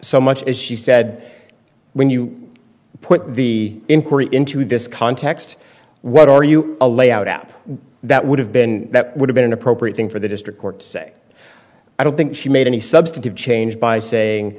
so much as she said when you put the inquiry into this context what are you a layout app that would have been that would've been an appropriate thing for the district court to say i don't think she made any substantive change by saying